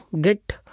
get